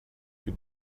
für